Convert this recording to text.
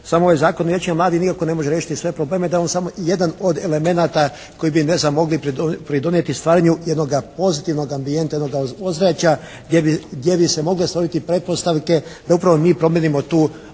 samo ovaj Zakon o Vijećima mladih nikako ne može riješiti sve probleme, da je on samo jedan od elemenata koji bi ne znam mogli pridonijeti stvaranju jednoga pozitivnog ambijenta, jednoga ozračja gdje bi se mogle stvoriti pretpostavke da upravo mi promijenimo tu moramo